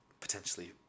potentially